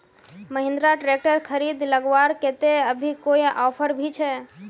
Mahindra tractor खरीद लगवार केते अभी कोई ऑफर भी छे?